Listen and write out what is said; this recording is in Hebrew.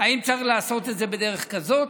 אם צריך לעשות את זה בדרך כזאת